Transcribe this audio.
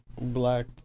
black